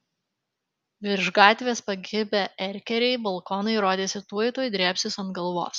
virš gatvės pakibę erkeriai balkonai rodėsi tuoj tuoj drėbsis ant galvos